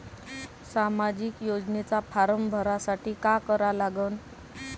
सामाजिक योजनेचा फारम भरासाठी का करा लागन?